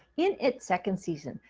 in its second season,